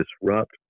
disrupt